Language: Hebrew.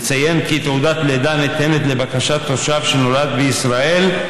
נציין כי תעודת לידה ניתנת לבקשת תושב שנולד בישראל,